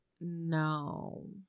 no